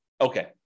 Okay